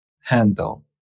handle